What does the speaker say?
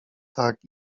tak